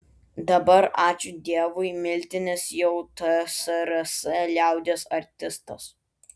dabar ačiū dievui miltinis jau tsrs liaudies artistas